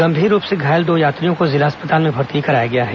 गंभीर रूप से घायल दो यात्रियों को जिला अस्पताल में भर्ती कराया गया है